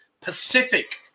pacific